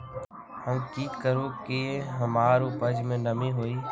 हम की करू की हमार उपज में नमी होए?